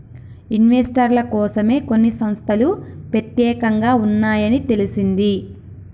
ఇన్వెస్టర్ల కోసమే కొన్ని సంస్తలు పెత్యేకంగా ఉన్నాయని తెలిసింది